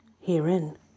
herein